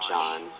John